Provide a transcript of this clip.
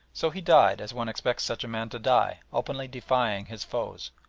so he died as one expects such a man to die, openly defying his foes,